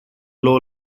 low